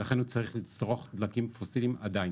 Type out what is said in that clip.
ולכן הוא צריך לצרוך דלקים פוסיליים עדיין.